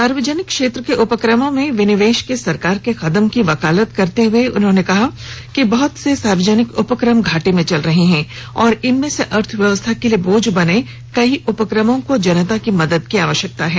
सार्वजनिक क्षेत्र के उपक्रमों में विनिवेश के सरकार के कदम की वकालत करते हुए उन्होंने कहा कि बहुत से सार्वजनिक उपक्रम घाटे में चल रहे हैं और इनमें से अर्थव्यवस्था के लिये बोझ बने कई उपक्रमों को जनता की मदद की आवश्यकता है